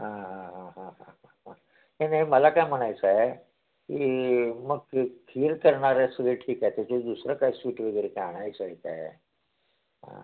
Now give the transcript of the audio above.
हां हां हां हां हां हां हां नाही मला काय म्हणायचं आहे की मग खीर करणार आहेस ठीक आहे त्याचे दुसरं काय स्वीट वगैरे काय आणायचं आहे काय आं